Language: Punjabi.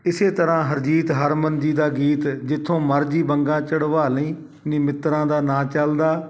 ਇਸੇ ਤਰ੍ਹਾਂ ਹਰਜੀਤ ਹਰਮਨ ਜੀ ਦਾ ਗੀਤ ਜਿੱਥੋਂ ਮਰਜ਼ੀ ਵੰਗਾਂ ਚੜਵਾ ਲਈ ਨੀ ਮਿੱਤਰਾਂ ਦਾ ਨਾਂ ਚੱਲਦਾ